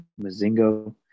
Mazingo